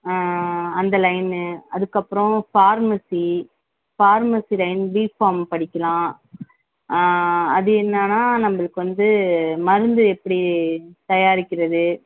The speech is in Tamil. அந்த லைன்னு அதற்கப்பறம் பார்மசி பார்மசி லைன் பிபார்ம் படிக்கலாம் அது என்னனா நம்பளுக்கு வந்து மருந்து எப்படி தயாரிக்கிறது